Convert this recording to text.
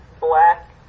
black